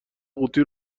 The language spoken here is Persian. قوطی